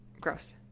Gross